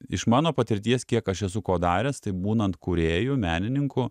iš mano patirties kiek aš esu ko daręs tai būnant kūrėju menininku